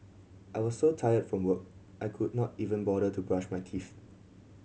I was so tired from work I could not even bother to brush my teeth